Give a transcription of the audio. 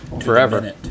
forever